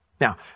Now